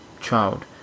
child